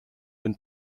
den